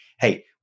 hey